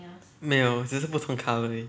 没有只是不同 colour 而已